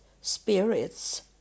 spirits